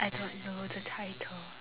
I don't know the title